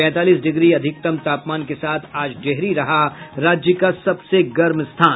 पैंतालीस डिग्री अधिकतम तापमान के साथ आज डेहरी रहा राज्य का सबसे गर्म स्थान